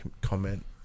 comment